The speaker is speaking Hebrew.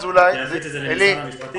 נפיץ את זה למשרד המשפטים.